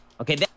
Okay